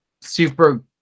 super